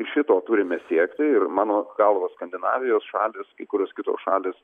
šito turime siekti ir mano galva skandinavijos šalys kai kurios kitos šalys